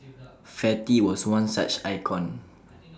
fatty was one such icon